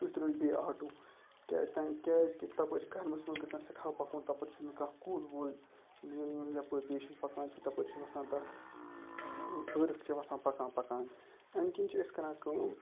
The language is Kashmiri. تُہۍ ترٛٲیو بیٚیہِ آٹوٗ کیٛازِکہِ تَپٲر چھِ گَرمَس مَنٛز گژھان سٮ۪ٹھاہ پَکُن تَپٲرۍ چھنہٕ کانٛہہ کُل وُل یِم یَپٲرۍ پیشَنٹ پَکان چھِ تَپٲرۍ چھِ وَسان تَتھ ٲرَخ چھِ وَسان پَکان پَکان اَمہِ کِنۍ چھِ أسۍ کَران کٲم